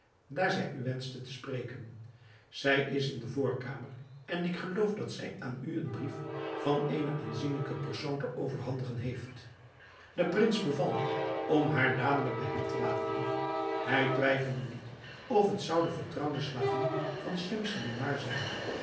daar zij u wenschte te spreken zij is in de voorkamer en ik geloof dat zij aan u een brief van eene aanzienlijke persoon te overhandigen heeft de prins beval om haar dadelijk bij hem te laten hij twijfelde niet of het zou de vertrouwde slavin van schemselnihar zijn